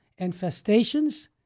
infestations